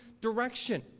direction